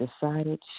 decided